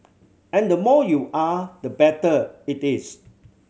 and the more you are the better it is